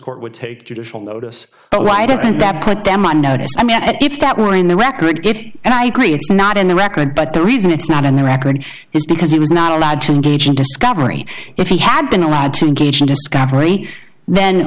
court would take judicial notice right isn't that put them on notice i mean if that were in the record if and i agree it's not in the record but the reason it's not in the record is because it was not allowed to engage in discovery if he had been allowed to engage in discovery then